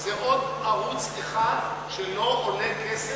זה עוד ערוץ אחד שלא עולה כסף,